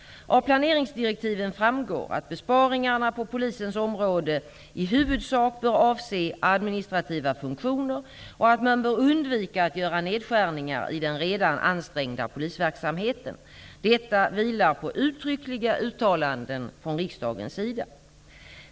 Av planeringsdirektiven framgår att besparingarna på polisens område i huvudsak bör avse administrativa funktioner och att man bör undvika att göra nedskärningar i den redan ansträngda polisverksamheten. Detta vilar på uttryckliga uttalanden från riksdagens sida.